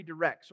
redirects